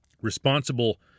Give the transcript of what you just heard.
responsible